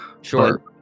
Sure